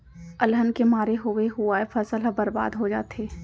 अलहन के मारे होवे हुवाए फसल ह बरबाद हो जाथे